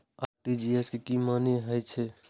RTGS के की मानें हे छे?